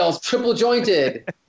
triple-jointed